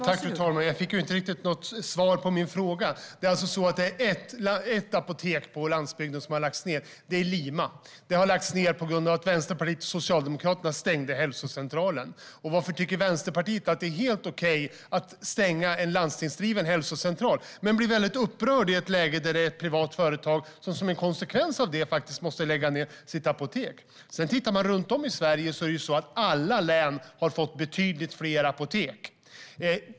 Fru talman! Jag fick inte riktigt svar på min fråga. Det är alltså ett apotek som har lagts ned i landsbygden i Dalarna, och det är apoteket i Lima. Det har lagts ned på grund av att Vänsterpartiet och Socialdemokraterna stängde hälsocentralen. Varför tycker man från Vänsterpartiets sida att det är helt okej att stänga en landstingsdriven hälsocentral medan man blir väldigt upprörd i ett läge där ett privat företag som en konsekvens av detta faktiskt måste lägga ned sitt apotek? Tittar man runt om i Sverige ser man att alla län har fått betydligt fler apotek.